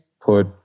put